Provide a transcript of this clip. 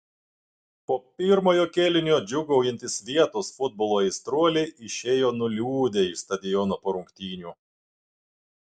po pirmojo kėlinio džiūgaujantys vietos futbolo aistruoliai išėjo nuliūdę iš stadiono po rungtynių